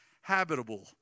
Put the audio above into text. habitable